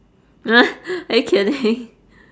are you kidding